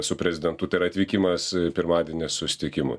su prezidentu tai yra atvykimas pirmadienio susitikimui